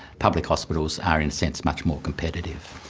public hospitals are, in a sense, much more competitive.